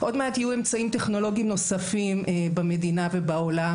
עוד מעט יהיו אמצעים טכנולוגיים נוספים במדינה ובעולם